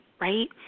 right